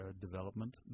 development